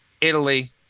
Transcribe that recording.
Italy